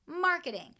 marketing